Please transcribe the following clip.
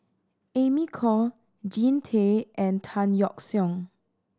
Amy Khor Jean Tay and Tan Yeok Seong